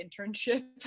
internship